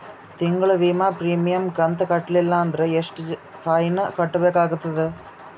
ತಿಂಗಳ ವಿಮಾ ಪ್ರೀಮಿಯಂ ಕಂತ ಕಟ್ಟಲಿಲ್ಲ ಅಂದ್ರ ಎಷ್ಟ ಫೈನ ಕಟ್ಟಬೇಕಾಗತದ?